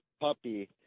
puppy